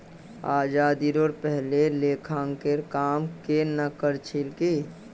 आज़ादीरोर पहले लेखांकनेर काम केन न कर छिल की